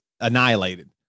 annihilated